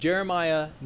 Jeremiah